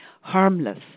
harmless